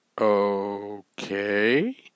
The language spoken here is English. Okay